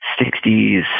60s